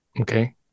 Okay